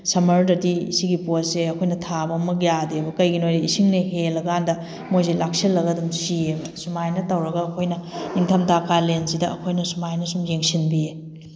ꯁꯃꯔꯗꯗꯤ ꯁꯤꯒꯤ ꯄꯣꯠꯁꯦ ꯑꯩꯈꯣꯏꯅ ꯊꯥꯕ ꯑꯃꯨꯛ ꯌꯥꯗꯦꯕ ꯀꯩꯒꯤꯅꯣꯗ ꯏꯁꯤꯡꯅ ꯍꯦꯜꯂꯀꯥꯟꯗ ꯃꯣꯏꯁꯦ ꯂꯥꯛꯁꯜꯂꯒ ꯑꯗꯨꯝ ꯁꯤꯌꯦꯕ ꯁꯨꯃꯥꯏꯅ ꯇꯧꯔꯒ ꯑꯩꯈꯣꯏꯅ ꯅꯤꯡꯊꯝꯊꯥ ꯀꯥꯂꯦꯟꯁꯤꯗ ꯑꯩꯈꯣꯏꯅ ꯁꯨꯃꯥꯏꯅ ꯁꯨꯝ ꯌꯦꯡꯁꯟꯕꯤꯌꯦ